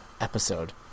episode